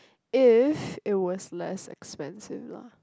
if it was less expensive lah